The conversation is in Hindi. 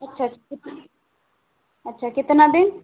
अच्छा अच्छा कितने अच्छा कितना दें